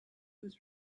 was